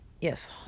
Yes